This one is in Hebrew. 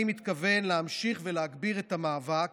אני מתכוון להמשיך ולהגביר את המאבק,